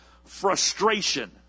frustration